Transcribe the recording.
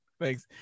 thanks